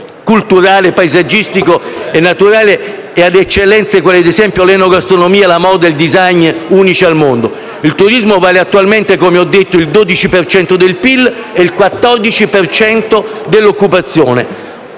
culturale, paesaggistico e naturale e ad eccellenze quali, ad esempio, l'enogastronomia, la moda, il *design*, unici al mondo. Il turismo vale attualmente il 12 per cento del PIL e il 14 per cento dell'occupazione.